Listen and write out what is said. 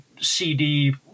cd